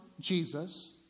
Jesus